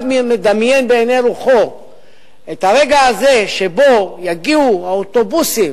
מדמיין בעיני רוחו את הרגע הזה שבו יגיעו האוטובוסים